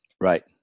right